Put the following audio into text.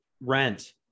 rent